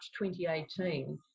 2018